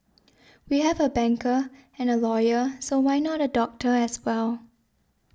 we have a banker and a lawyer so why not a doctor as well